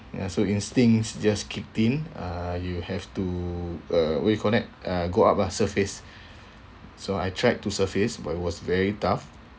ya so instincts just kicked in uh you have to uh what you call that uh go up lah surface so I tried to surface but it was very tough